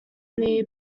near